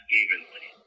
evenly